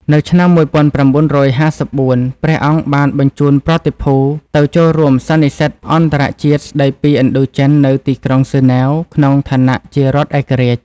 នៅឆ្នាំ១៩៥៤ ព្រះអង្គបានបញ្ជូនប្រតិភូទៅចូលរួមសន្និសីទអន្តរជាតិស្ដីពីឥណ្ឌូចិននៅទីក្រុងហ្សឺណែវ ក្នុងឋានៈជារដ្ឋឯករាជ្យ។